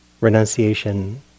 renunciation